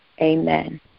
Amen